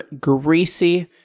greasy